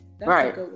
Right